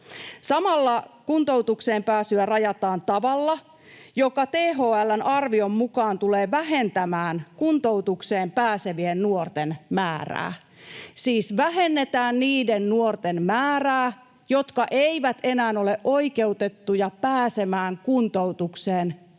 Samalla kuntoutukseen pääsyä rajataan tavalla, joka THL:n arvion mukaan tulee vähentämään kuntoutukseen pääsevien nuorten määrää — siis lisätään niiden nuorten määrää, jotka eivät enää ole oikeutettuja pääsemään kuntoutukseen,